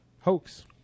hoax